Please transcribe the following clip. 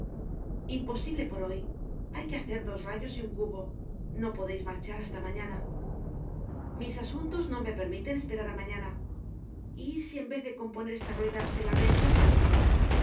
imposible por hoy hay que hacer dos rayos y un cubo no podeis marchar hasta mañana mis asuntos no me permiten esperar á mañana y si en vez de componer esta rueda se la reemplazase